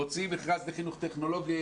מוציאים מכרז לחינוך טכנולוגי,